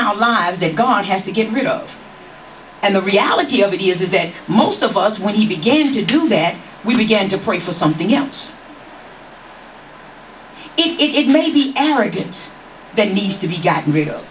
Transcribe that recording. our lives that god has to get rid of and the reality of it is that most of us when he begin to do that we begin to pray for something else it may be arrogance that needs to be gotten rid of